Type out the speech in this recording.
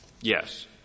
yes